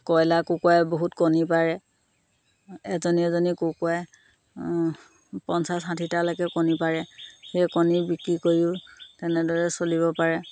কইলাৰ কুকুৰাই বহুত কণী পাৰে এজনী এজনী কুকুৰাই পঞ্চাছ ষাঠিটালৈকে কণী পাৰে সেই কণী বিক্ৰী কৰিও তেনেদৰে চলিব পাৰে